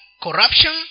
corruption